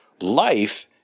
Life